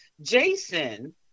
Jason